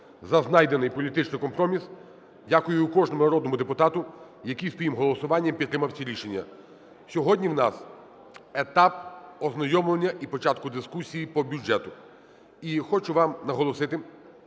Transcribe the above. за знайдений політичний компроміс. Дякую кожному народному депутату, який своїм голосуванням підтримав ці рішення. Сьогодні у нас етап ознайомлення і початку дискусії по бюджету. І хочу вам наголосити,